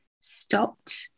stopped